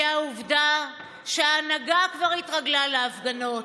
היא העובדה שההנהגה כבר התרגלה להפגנות.